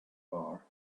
bar